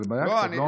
זו בעיה קצת, לא?